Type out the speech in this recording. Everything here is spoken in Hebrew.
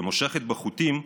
שמושכת בחוטים,